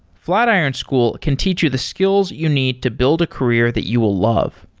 flatiron school can teach you the skills you need to build a career that you will love.